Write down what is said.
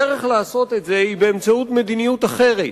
הדרך לעשות את זה היא מדיניות אחרת,